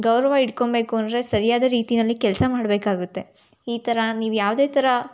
ಗೌರವ ಇಟ್ಕೊಂಬೇಕು ಅಂದರೆ ಸರಿಯಾದ ರೀತಿನಲ್ಲಿ ಕೆಲಸ ಮಾಡಬೇಕಾಗುತ್ತೆ ಈ ಥರ ನೀವು ಯಾವುದೇ ಥರ